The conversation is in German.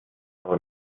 aber